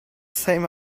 same